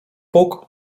puk